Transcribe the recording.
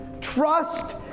Trust